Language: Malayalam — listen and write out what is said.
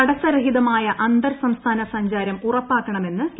തടസ്സരഹിതമായ അന്തർസംസ്ഥാന സഞ്ചാരം ഉറപ്പാക്കണമെന്ന് കേന്ദ്രം